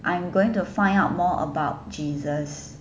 I am going to find out more about jesus